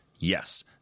Yes